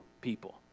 people